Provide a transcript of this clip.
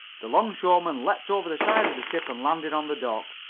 the longshoreman leaped over the side of the ship and landed on the dock.